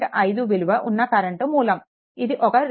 5 విలువ ఉన్న కరెంట్ మూలం ఇది ఒక 2